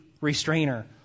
restrainer